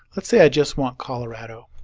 let's say i just want colorado.